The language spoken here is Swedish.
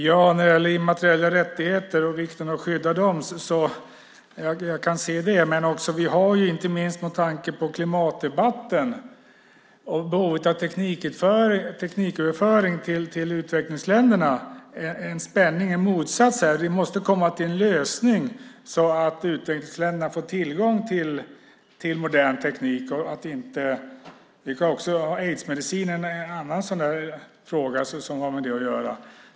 Herr talman! Jag kan se vikten av att skydda immateriella rättigheter. Men vi har också, inte minst med tanke på klimatdebatten och behovet av tekniköverföring till utvecklingsländerna, en spänning, en motsats, här. Vi måste komma fram till en lösning så att utvecklingsländerna får tillgång till modern teknik. Aidsmedicin är en annan fråga som har med detta att göra.